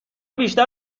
بیشتر